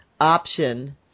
option